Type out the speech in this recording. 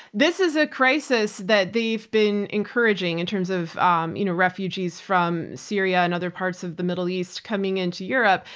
this is a crisis that they've been encouraging in terms of um you know refugees from syria and other parts of the middle east coming into europe.